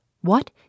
What